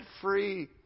free